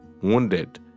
wounded